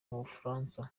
mubufaransa